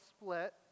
split